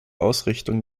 ausrichtung